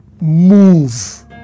move